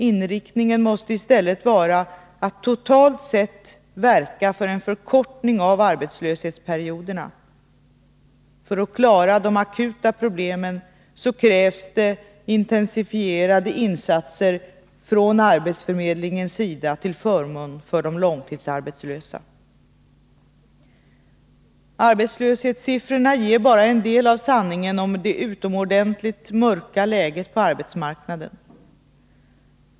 Inriktningen måste i stället vara att totalt sett verka för en förkortning av arbetslöshetsperioderna. För att klara de akuta problemen krävs det intensifierade arbetsförmedlingsinsatser från arbetsförmedlingarnas sida till förmån för de långtidsarbetslösa. Arbetslöshetssiffrorna ger bara en del av sanningen om det utomordentligt mörka läget på arbetsmarknaden.